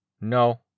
No